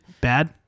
bad